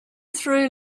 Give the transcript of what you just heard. through